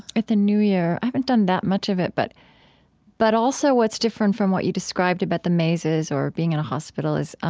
the new year. i haven't done that much of it, but but also what's different from what you described about the mazes or being in a hospital is